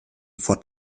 ford